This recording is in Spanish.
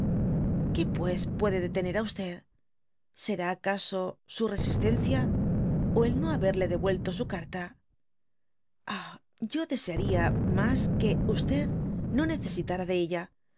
que pues puede detener á será acaso su resistencia ó el no haberle devuelto su carta ah yo desearia mas que no necesitar de ella